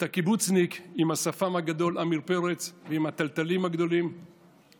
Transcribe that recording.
את הקיבוצניק עם השפם הגדול ועם התלתלים הגדולים עמיר פרץ,